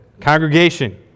Congregation